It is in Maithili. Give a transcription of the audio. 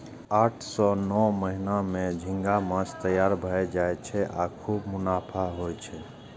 आठ सं नौ महीना मे झींगा माछ तैयार भए जाय छै आ खूब मुनाफा होइ छै